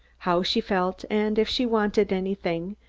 how she felt and if she wanted anything,